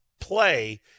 play